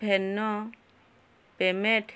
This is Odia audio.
ଫେନୋ ପେମେଣ୍ଟ୍